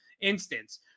instance